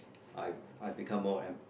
I I've become more em